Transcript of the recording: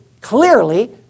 clearly